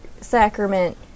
sacrament